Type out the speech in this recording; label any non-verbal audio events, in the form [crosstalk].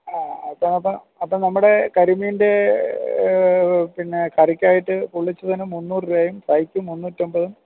[unintelligible] അപ്പോൾ നമ്മുടെ കരിമീൻ്റെ പിന്നെ കറിക്കായിട്ട് പൊളിച്ചതിന് മുന്നൂറ് രൂപായും ഫ്രൈക്ക് മുന്നൂറ്റൻപത്